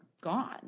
gone